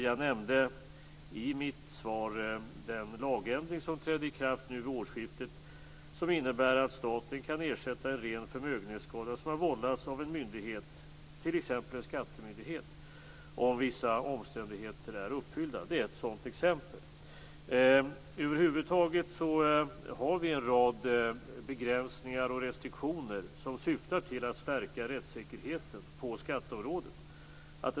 Jag nämnde i mitt svar den lagändring som trädde i kraft nu vid årsskiftet som innebär att staten kan ersätta en ren förmögenhetsskada som har vållats av en myndighet, t.ex. en skattemyndighet, om vissa omständigheter är uppfyllda. Det är ett sådant exempel. Över huvud taget har vi en rad begränsningar och restriktioner som syftar till att stärka rättssäkerheten på skatteområdet.